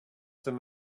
them